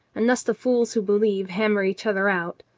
and thus the fools who believe hammer each other out.